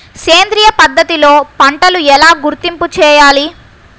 సేంద్రియ పద్ధతిలో పంటలు ఎలా గుర్తింపు చేయాలి?